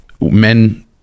men